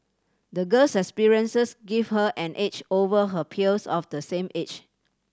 the girl's experiences gave her an edge over her peers of the same age